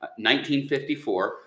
1954